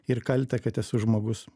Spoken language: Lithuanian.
ir kaltę kad esu žmogus